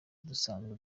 dusanzwe